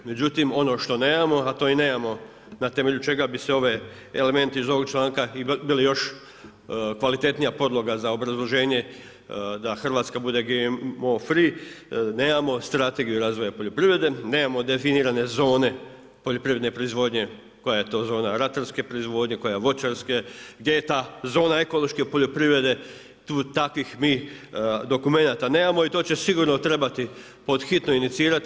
Međutim ono što nemamo, a to i nemamo na temelju čega bi se elementi iz ovog članka bila još kvalitetnija podloga za obrazloženje da Hrvatska bude GMO free, nemamo strategiju razvoja poljoprivrede, nemamo definirane zone poljoprivredne proizvodnje koja je to zona ratarske proizvodnje, koja voćarske, gdje je ta zona ekološke poljoprivrede takvih mi dokumenata nemamo i to će sigurno trebati pod hitno inicirati.